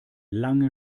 lange